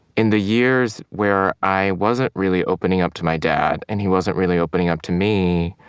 in the years where i wasn't really opening up to my dad and he wasn't really opening up to me,